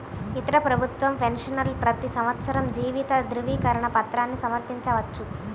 ఇతర ప్రభుత్వ పెన్షనర్లు ప్రతి సంవత్సరం జీవిత ధృవీకరణ పత్రాన్ని సమర్పించవచ్చు